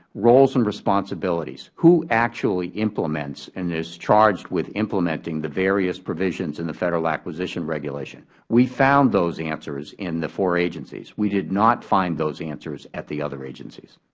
roles and responsibilities, who actually implements and is charged with implementing the various provisions in the federal acquisition regulation. we found those answers in the four agencies. we did not find those answers at the other agencies.